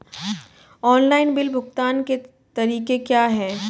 Online bill भुगतान के तरीके क्या हैं?